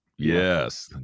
Yes